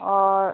ᱦᱳᱭ